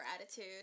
attitude